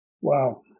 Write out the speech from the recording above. Wow